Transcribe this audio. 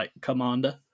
commander